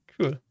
Cool